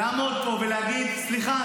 לעמוד פה ולהגיד: סליחה,